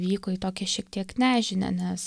vyko į tokią šiek tiek nežinią nes